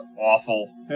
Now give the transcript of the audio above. awful